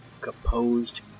composed